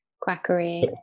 quackery